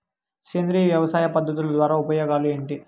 సేంద్రియ వ్యవసాయ పద్ధతుల ద్వారా ఉపయోగాలు ఏంటి?